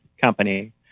Company